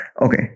okay